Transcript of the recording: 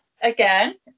again